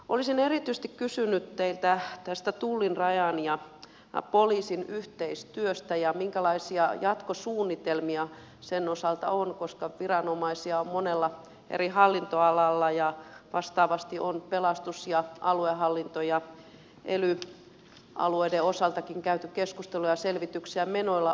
olisin erityisesti kysynyt teiltä tästä tullin rajan ja poliisin yhteistyöstä minkälaisia jatkosuunnitelmia sen osalta on koska viranomaisia on monella eri hallinnonalalla ja vastaavasti pelastus aluehallinto ja ely alueiden osaltakin on käyty keskusteluja ja selvityksiä on menossa